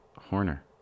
Horner